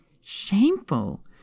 Shameful